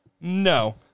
no